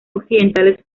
occidentales